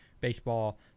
baseball